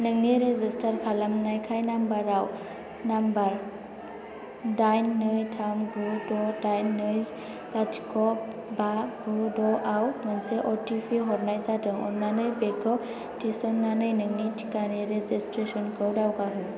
नोंनि रेजिस्टार खालामनायखाय नाम्बाराव नाम्बार दाइन नै थाम गु द' दाइन नै लाथिख' बा गु द' आव मोनसे अटिपि हरनाय जादों अननानै बेखौ थिसननानै नोंनि टिकानि रेजिसट्रेसनखौ दावगाहो